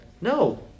no